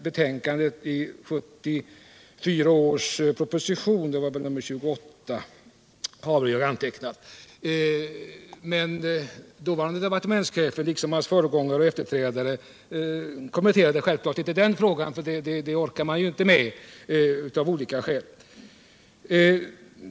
Betänkandet anmäldes i propositionen 1974:28, men dåvarande departementschefen liksom hans föregångare och efterträdare kommenterade självklart inte denna fråga. Det orkade man inte med av olika skäl.